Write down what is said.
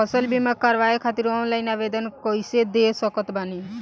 फसल बीमा करवाए खातिर ऑनलाइन आवेदन कइसे दे सकत बानी?